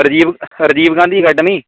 Rajiv Rajiv Gandhi academy